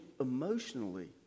emotionally